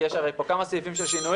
כי יש פה הרי כמה סעיפים של שינויים,